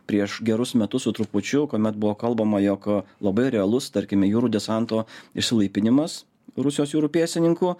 prieš gerus metus su trupučiu kuomet buvo kalbama jog labai realus tarkime jūrų desanto išsilaipinimas rusijos jūrų pėstininkų